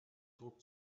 druck